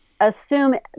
Assume